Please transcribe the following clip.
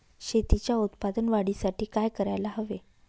शेतीच्या उत्पादन वाढीसाठी काय करायला हवे?